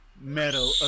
metal